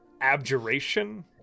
Abjuration